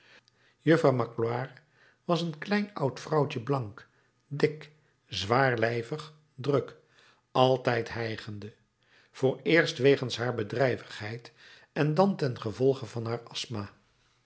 juffrouw magloire was een klein oud vrouwtje blank dik zwaarlijvig druk altijd hijgende vooreerst wegens haar bedrijvigheid en dan tengevolge van haar asthma